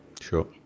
Sure